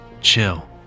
Chill